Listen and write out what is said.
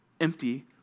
empty